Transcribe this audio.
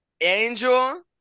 Angel